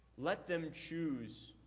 let them choose